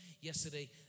yesterday